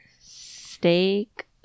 Steak